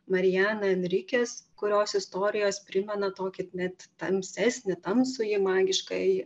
marianą enrikes kurios istorijos primena tokį net tamsesnį tamsųjį magiškąjį